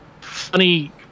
funny